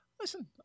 Listen